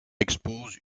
expose